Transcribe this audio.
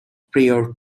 prior